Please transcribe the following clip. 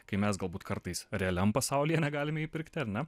kai mes galbūt kartais realiam pasaulyje negalime įpirkti ar ne